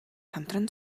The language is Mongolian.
хамтран